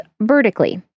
vertically